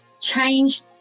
change